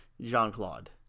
Jean-Claude